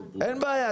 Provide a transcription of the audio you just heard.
'אין בעיה,